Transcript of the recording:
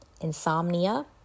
insomnia